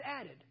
added